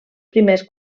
primers